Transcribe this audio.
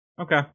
Okay